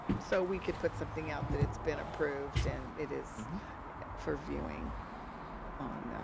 so we could put something out that it's been approved and it is for viewing on the,